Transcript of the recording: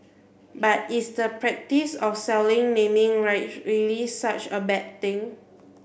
but is the practice of selling naming rights really such a bad thing